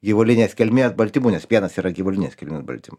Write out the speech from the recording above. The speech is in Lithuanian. gyvulinės kilmės baltymų nes pienas yra gyvulinės kilmės baltym